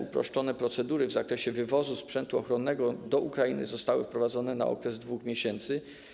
Uproszczone procedury w zakresie wywozu sprzętu ochronnego do Ukrainy zostały wprowadzone na okres 2 miesięcy.